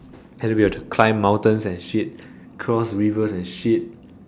hell we had to climb mountains and shit cross rivers and shit